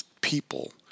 people